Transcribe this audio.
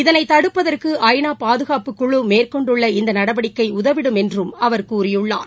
இதனை தடுப்பதற்கு ஐ நா பாதுகாப்புக்குழு மேற்கொண்டுள்ள இந்த நடவடிக்கை உதவிடம் என்றும் அவர் கூறியுள்ளார்